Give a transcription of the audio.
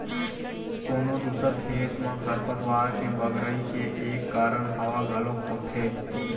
कोनो दूसर खेत म खरपतवार के बगरई के एक कारन हवा घलोक होथे